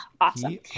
Awesome